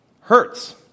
hurts